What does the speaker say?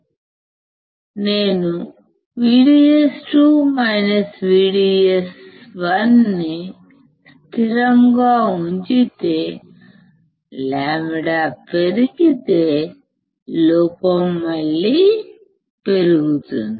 నేను VDS2 VDS1 ని స్థిరంగా ఉంచితే λపెరిగితే లోపం మళ్ళీ పెరుగుతుంది